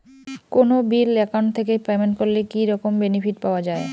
কোনো bill account থাকি payment করলে কি রকম বেনিফিট পাওয়া য়ায়?